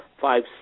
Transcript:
five